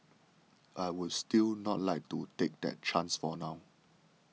I would still not like to take that chance for now